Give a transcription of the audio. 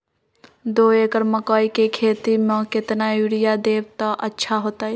दो एकड़ मकई के खेती म केतना यूरिया देब त अच्छा होतई?